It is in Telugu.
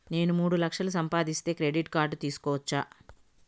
నేను మూడు లక్షలు సంపాదిస్తే క్రెడిట్ కార్డు తీసుకోవచ్చా?